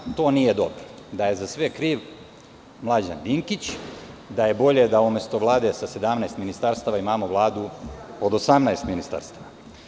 Čuli smo da to nije dobro, da je za sve kriv Mlađan Dinkić, da je bolje da umesto Vlade sa 17 ministarstava imamo Vladu od 18 ministarstava.